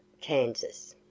Kansas